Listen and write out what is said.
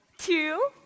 Two